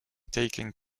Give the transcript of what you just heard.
taking